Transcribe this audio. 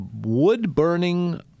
wood-burning